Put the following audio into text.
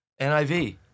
NIV